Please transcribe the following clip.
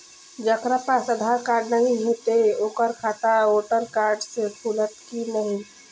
जकरा पास आधार कार्ड नहीं हेते ओकर खाता वोटर कार्ड से खुलत कि नहीं?